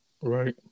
Right